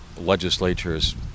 legislatures